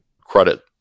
credit